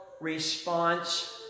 response